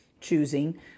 choosing